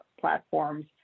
platforms